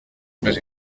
més